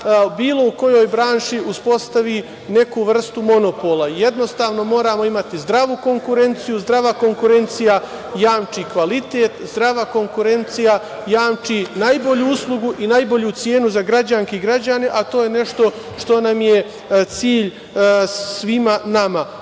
bilo kojoj branši uspostavi neku vrstu monopola. Jednostavno, moramo imati zdravu konkurenciju. Zdrava konkurencija jamči kvalitet. Zdrava konkurencija jamči najbolju uslugu i najbolju cenu za građanke i građane, a to je nešto što nam je cilj svima nama.U